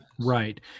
right